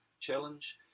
challenge